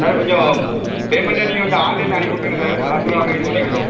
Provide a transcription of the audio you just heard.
sir கொஞ்சோம் பேமெண்ட்டாக நீங்கள் கொஞ்சோ ஆன்லைனில் அனுப்பிவிட்ருங்க சார் நாங்கள் பூராவே இது பண்ணிகிடுதுவோம்